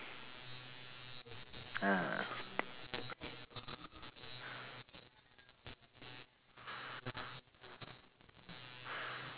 ah